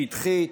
שטחית,